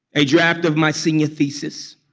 a draft of my senior thesis,